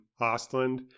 Ostland